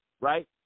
right